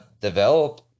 develop